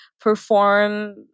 perform